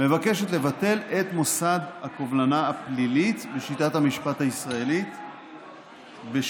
מבקשת לבטל את מוסד הקובלנה הפלילית בשיטת המשפט הישראלי בשל